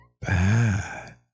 bad